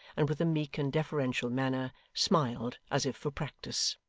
and with a meek and deferential manner, smiled as if for practice.